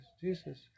Jesus